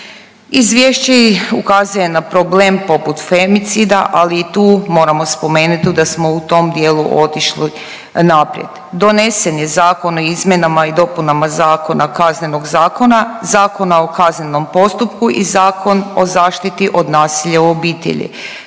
Izvješće i ukazuje na problem poput femicida, ali i tu moramo spomenut da smo u tom dijelu otišli naprijed. Donesen je Zakon o izmjenama i dopunama zakona, Kaznenog zakona, Zakona o kaznenom postupku i Zakon o zaštiti od nasilja u obitelji